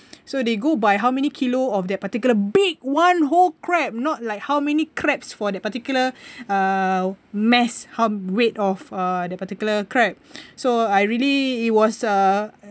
so they go by how many kilo of their particular big one whole crab not like how many crab for that particular uh mass weight of uh the particular crab so I really it was uh